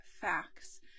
facts